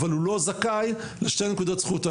אבל הוא לא זכאי לשתי נקודות זכות.